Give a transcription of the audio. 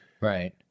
Right